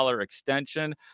extension